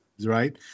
right